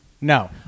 No